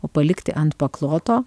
o palikti ant pakloto